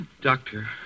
Doctor